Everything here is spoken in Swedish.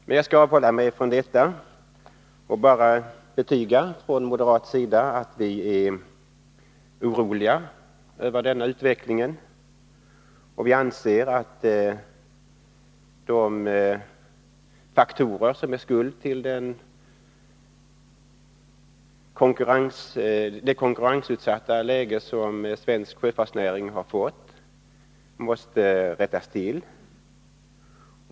Men jag skall avhålla mig från det och bara betyga från moderat sida att vi är oroliga över denna utveckling. Vi anser att de faktorer som är skuld till det konkurrensutsatta läge som svensk sjöfartsnäring har fått måste rättas till.